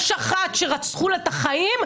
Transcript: יש אחת שרצחו לה את החיים,